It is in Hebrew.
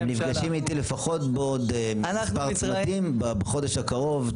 הם נפגשים איתי בעוד מספר צמתים בחודש הקרוב,